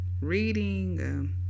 reading